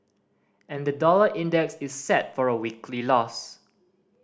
and the dollar index is set for a weekly loss